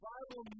Bible